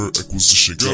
acquisition